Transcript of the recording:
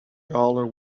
dollar